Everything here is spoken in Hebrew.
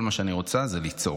וכל מה שאני רוצה לעשות זה לצעוק.